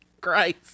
christ